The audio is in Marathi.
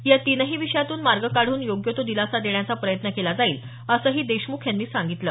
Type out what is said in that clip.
या तीनही विषयातून मार्ग काढून योग्य तो दिलासा देण्याचा प्रयत्न केला जाईल असंही देशमुख यांनी सांगितलं